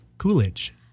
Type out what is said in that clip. Coolidge